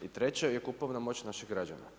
I treće je kupovna moć naših građana.